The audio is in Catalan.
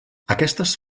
aquestes